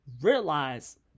realize